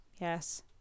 Yes